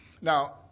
Now